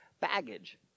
baggage